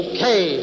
Okay